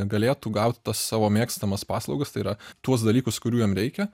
galėtų gauti tas savo mėgstamas paslaugas tai yra tuos dalykus kurių jiem reikia